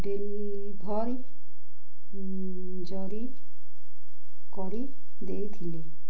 deliver ଜରି କରି ଦେଇଥିଲେ